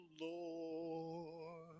Lord